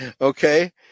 okay